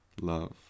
love